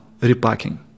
repacking